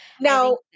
now